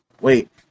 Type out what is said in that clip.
Wait